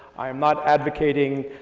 i am not advocating